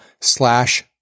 slash